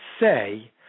say